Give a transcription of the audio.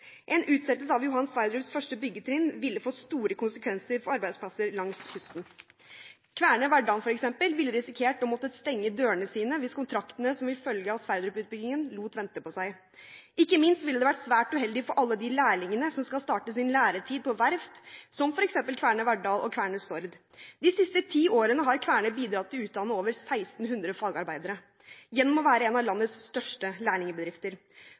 En utsettelse av Johan Sverdrups første byggetrinn ville fått store konsekvenser for arbeidsplasser langs kysten. For eksempel ville Kværner Verdal risikert å måtte stenge dørene sine hvis kontraktene som vil følge av Johan Sverdrup-utbyggingen, lot vente på seg. Ikke minst ville det vært svært uheldig for alle lærlingene som skal starte sin læretid på verft, som f.eks. Kværner Verdal og Kværner Stord. De siste ti årene har Kværner bidratt til å utdanne over 1 600 fagarbeidere, gjennom å være en av landets største